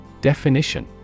Definition